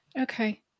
Okay